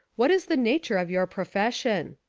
what is the nature of your profession?